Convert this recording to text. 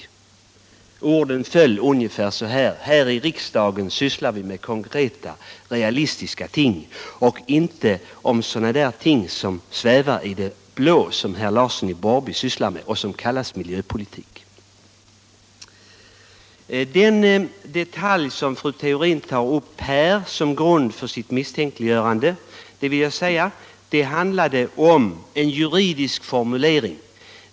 Orden föll ungefär så här: Här i riksdagen sysslar vi med konkreta, realistiska ting och inte med ting som svävar i det blå, som herr Larsson i Borrby sysslar med och som kallas miljöpolitik. Den detalj som fru Theorin tar upp som grund för sitt misstänkliggörande handlar om en juridisk formulering.